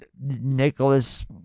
nicholas